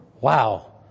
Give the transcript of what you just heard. Wow